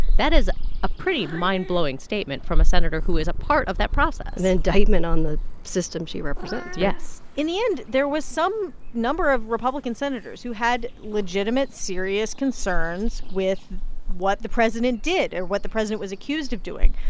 that is a pretty mindblowing statement from a senator who is a part of that process an indictment on the system she represents right yes in the end, there was some number of republican senators who had legitimate, serious concerns with what the president did or what the president was accused of doing.